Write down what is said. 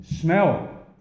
smell